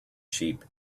sheep